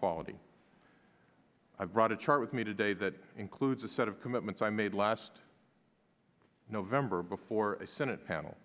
quality i brought a chart with me today that includes a set of commitments i made last november before a senate panel